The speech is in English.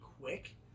quick